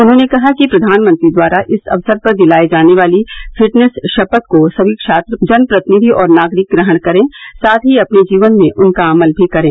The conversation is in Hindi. उन्होंने कहा कि प्रधानमंत्री द्वारा इस अवसर पर दिलाए जाने वाली फिटनेस शपथ को सभी छात्र जनप्रतिनिधि और नागरिक ग्रहण करें साथ ही अपने जीवन में उनका अमल भी करें